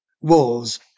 walls